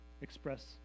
express